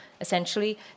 essentially